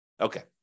Okay